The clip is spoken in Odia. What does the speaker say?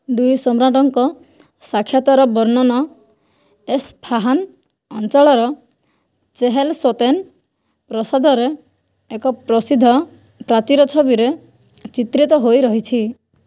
ଦୁଇ ସମ୍ରାଟଙ୍କ ସାକ୍ଷାତର ବର୍ଣ୍ଣନା ଏସଫାହାନ୍ ଅଞ୍ଚଳର ଚେହେଲ ସୋତେନ୍ ପ୍ରାସାଦରେ ଏକ ପ୍ରସିଦ୍ଧ ପ୍ରାଚୀର ଛବିରେ ଚିତ୍ରିତ ହୋଇ ରହିଛି